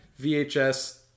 VHS